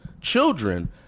children